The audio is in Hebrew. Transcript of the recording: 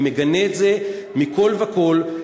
אני מגנה את זה מכול וכול.